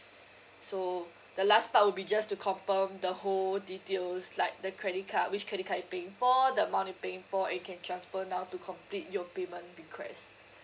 so the last part will be just to confirm the whole details like the credit card which credit card you paying for the amount you paying for and you can transfer now to complete your payment request